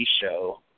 show